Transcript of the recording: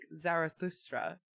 Zarathustra